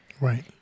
Right